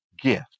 gift